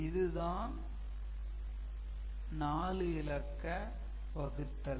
இதுதான் 4 இலக்க வகுத்தல்